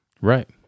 Right